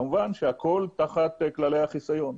כמובן שהכול תחת כללי החיסיון.